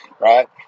right